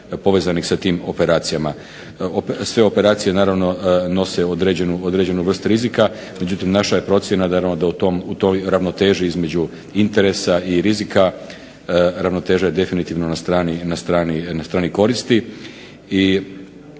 povezanih sa tim operacijama. Sve operacije naravno nose određenu vrst rizika, međutim naša je procjena naravno da u toj ravnoteži između interesa i rizika ravnoteža je definitivno na strani koristi.